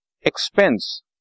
Expense